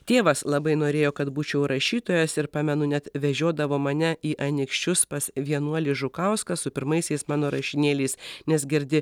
tėvas labai norėjo kad būčiau rašytojas ir pamenu net vežiodavo mane į anykščius pas vienuolį žukauską su pirmaisiais mano rašinėliais nes girdi